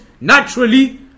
naturally